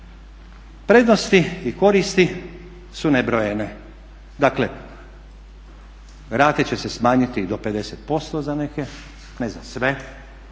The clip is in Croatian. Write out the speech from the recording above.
Prednosti i koristi su nebrojene, dakle rate će se smanjiti do 50% za neke, ne za sve,